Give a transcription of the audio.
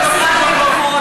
זה לא כתוב בחוק.